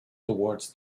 toward